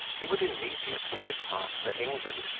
he would immediately depart for england,